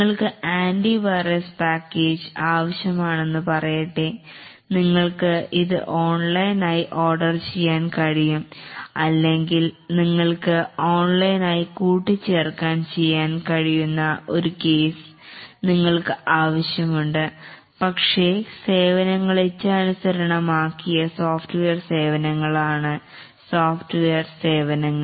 നിങ്ങൾക്ക് antivirus package ആവശ്യമാണെന്ന് പറയട്ടെ നിങ്ങൾക്ക് ഇത് ഓൺലൈനായി ഓർഡർ ചെയ്യാൻ കഴിയും അല്ലെങ്കിൽ നിങ്ങൾക്ക് ഓൺലൈനായി കൂട്ടിച്ചേർക്കാൻ ചെയ്യാൻ കഴിയുന്ന ഒരു കേസ് നിങ്ങൾക്ക് ആവശ്യമുണ്ട് പക്ഷേ സേവനങ്ങൾ ഇച്ഛാനുസരണം ആക്കിയ സോഫ്റ്റ്വെയർ സേവനങ്ങളാണ് സോഫ്റ്റ്വെയർ സേവനങ്ങൾ